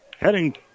heading